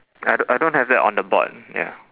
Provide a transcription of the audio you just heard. I don't I don't have that on the board ya